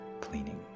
cleaning